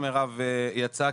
מוחמד, תודה רבה.